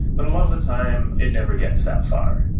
but a lot of the time, it never gets that far,